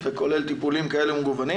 וכולל טיפולים מגוונים.